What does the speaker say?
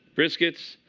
briskets?